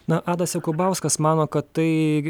na adas jakubauskas mano kad tai